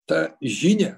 tą žinią